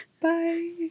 Bye